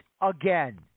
again